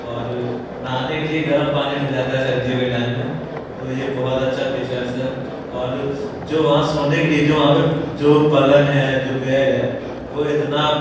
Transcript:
और नहाने के लिए गरम पानी मिल जाता है सर्दियों के टाइम में तो ये बहुत अच्छा फीचर्स है और जो वहाँ सोने के लिए जो वहाँ पे जो पलंग है जो बेड है वो इतना